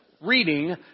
reading